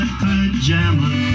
pajamas